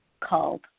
called